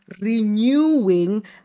renewing